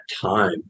time